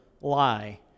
lie